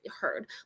heard